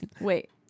Wait